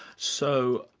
so,